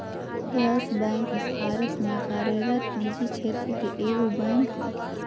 yes Bank Bharat में कार्यरत निजी क्षेत्र के एगो बैंक हइ